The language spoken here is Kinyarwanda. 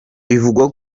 bivugwa